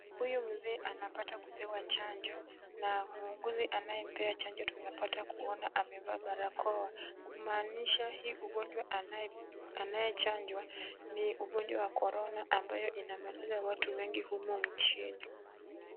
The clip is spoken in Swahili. Huyu mzee anapata kupewa chanjo na muuguzi anayempea chanjo tunapata kuona amevaa barakoa kumaanisha huyu ni mgonjwa anayechanjwa ni ugonjwa wa korona ambao unamaliza watu wengi humu nchini.